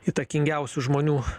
įtakingiausių žmonių